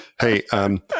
Hey